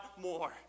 more